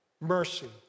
mercy